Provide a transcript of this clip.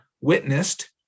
witnessed